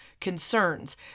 concerns